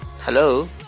Hello